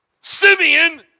Simeon